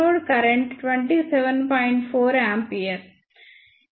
4 ampere